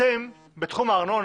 אתן בתחום הארנונה,